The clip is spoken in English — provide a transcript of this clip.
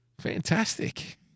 Fantastic